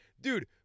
Dude